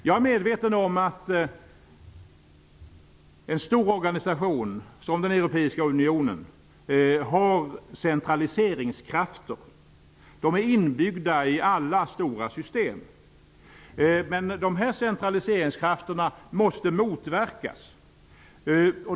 Jag är medveten om att en stor organisation som den europeiska unionen har centraliseringskrafter. De är inbyggda i alla stora system. Men de här centraliseringskrafterna måste motverkas.